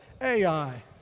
Ai